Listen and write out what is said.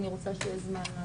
אורן